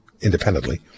independently